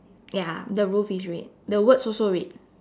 ya the roof is red the words also red